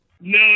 No